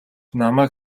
намайг